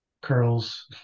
curls